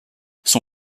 son